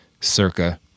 Circa